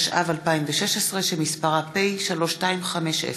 התשע"ו 2016, שמספרה פ/3250/20.